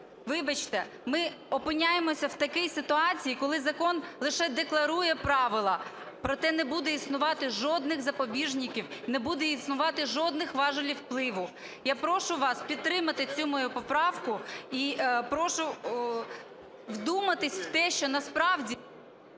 Вибачте, ми опиняємося в такій ситуації, коли закон лише декларує правила, проте не буде існувати жодних запобіжників, не буде існувати жодних важелів впливу. Я прошу вас підтримати цю мою поправу і прошу вдуматись в те, що насправді…